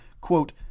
quote